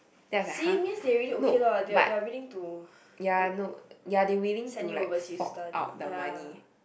see means they really okay lah they they are willing to send you overseas study ya